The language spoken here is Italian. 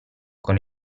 con